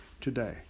today